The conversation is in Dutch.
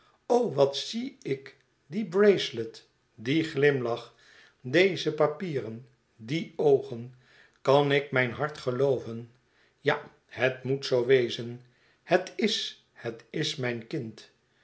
o wat zie ikl die bracelet i die glimlach deze papierenl die oogen kan ik mijn hart gelooven ja het moet zoo wezenl het is het is mijn kind